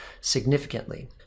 significantly